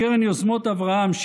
לקרן יוזמות אברהם,